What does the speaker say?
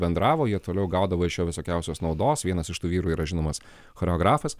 bendravo jie toliau gaudavo iš jo visokiausios naudos vienas iš tų vyrų yra žinomas choreografas